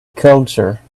culture